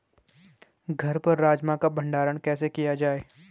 घर पर राजमा का भण्डारण कैसे किया जाय?